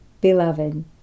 Beloved